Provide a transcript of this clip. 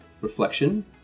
reflection